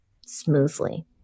smoothly